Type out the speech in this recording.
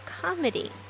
comedy